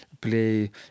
play